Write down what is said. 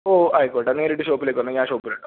ഓ ആയിക്കോട്ടെ നേരിട്ട് ഷോപ്പിലേക്ക് വരണം ഞാൻ ഷോപ്പിലുണ്ടാവും